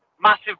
massive